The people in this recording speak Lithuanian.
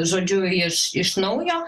žodžiu iš iš naujo